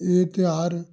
ਇਹ ਤਿਉਹਾਰ